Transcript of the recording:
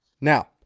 now